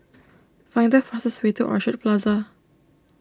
find the fastest way to Orchard Plaza